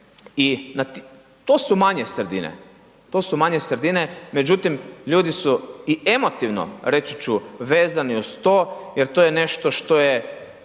to su manje sredine međutim ljudi su i emotivno reći ću vezani uz to jer to je nešto što je